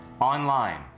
online